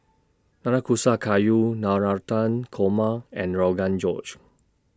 Nanakusa Gayu Navratan Korma and Rogan Josh